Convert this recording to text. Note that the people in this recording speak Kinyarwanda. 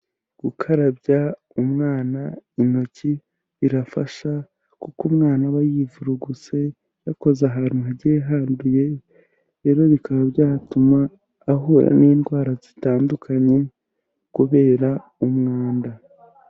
Gukarabya umwana intoki birafasha kuko umwana aba yivuruguse, yakoze ahantu hagiye handuye, rero bikaba byatuma ahura n'indwara zitandukanye kubera umwanda.